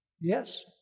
Yes